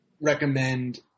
recommend